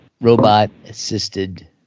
robot-assisted